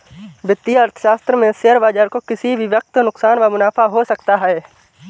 वित्तीय अर्थशास्त्र में शेयर बाजार को किसी भी वक्त नुकसान व मुनाफ़ा हो सकता है